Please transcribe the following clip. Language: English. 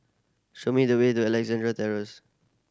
show me the way to Alexandra Terrace